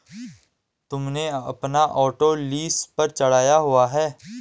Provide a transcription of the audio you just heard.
तुमने अपना auto lease पर चढ़ाया हुआ है?